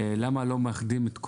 למה לא מאחדים את הכל?